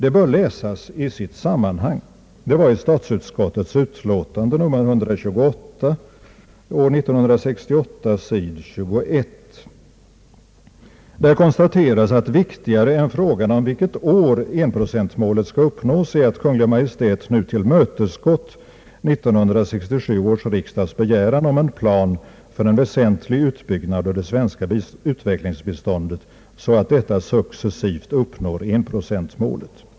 Det bör läsas i sitt sammanhang i statsutskottets utlåtande nr 128 år 1968 på s. 21, där det konstateras: »Viktigare än frågan om vilket år 1 9Yo-målet skall uppnås är att Kungl. Maj:t nu tillmötesgått 1967 års riksdags begäran om en plan för en väsentlig utbyggnad av det svenska utvecklingsbiståndet så att detta successivt uppnår 1 9Yo-målet.